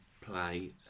play